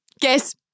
Guess